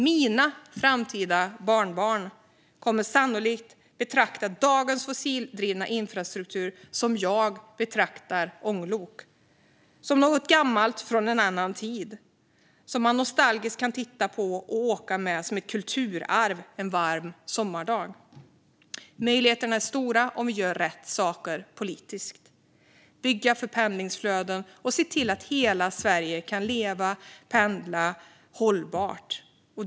Mina framtida barnbarn kommer sannolikt att betrakta dagens fossildrivna infrastruktur som jag betraktar ånglok, som något gammalt från en annan tid och som något som man nostalgiskt kan titta på och åka med, som ett kulturarv, en varm sommardag. Möjligheterna är stora om vi gör rätt saker politiskt. Det handlar om att bygga för pendlingsflöden och om att se till att hela Sverige kan leva och pendla hållbart.